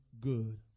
good